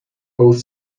both